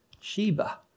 Sheba